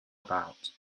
about